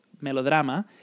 Melodrama